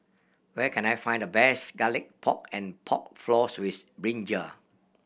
where can I find the best Garlic Pork and Pork Floss with brinjal